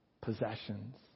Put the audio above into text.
possessions